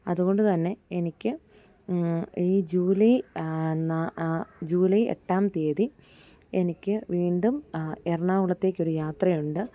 അതുകൊണ്ട് തന്നെ എനിക്ക് ഈ ജൂലൈ നാ ജൂലൈ എട്ടാം തീയതി എനിക്ക് വീണ്ടും എറണാകുളത്തേക്ക് ഒരു യാത്ര ഉണ്ട്